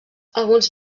alguns